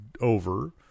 over